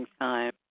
time